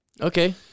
Okay